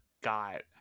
got